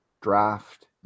draft